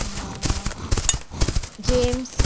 James